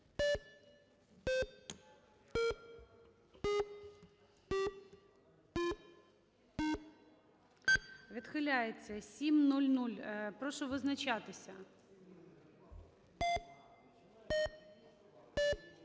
Відхиляється. 700. Прошу визначатися.